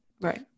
Right